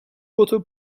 water